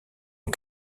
aux